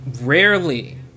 rarely